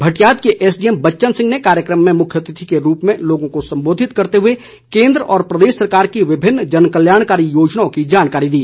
भटियात के एसडीएम बच्चन सिंह ने कार्यक्रम में मुख्यातिथि के रूप में लोगों को संबोधित करते हुए केन्द्र व प्रदेश सरकार की विभिन्न जन कल्याणकारी योजनाओं की जानकारी दी